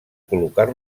col·locar